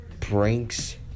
Pranks